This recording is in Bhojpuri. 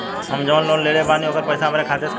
हम जवन लोन लेले बानी होकर पैसा हमरे खाते से कटी?